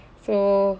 so